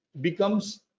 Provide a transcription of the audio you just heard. becomes